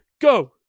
go